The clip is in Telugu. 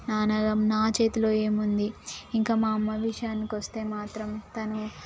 నాన్న నా చేతిలో ఏమి ఉంది ఇంకా మా అమ్మ విషయానికి వస్తే మాత్రం తను